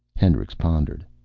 hendricks pondered.